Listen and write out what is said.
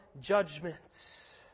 judgments